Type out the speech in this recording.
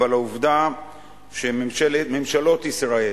אבל עובדה שממשלות ישראל